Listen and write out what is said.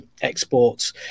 exports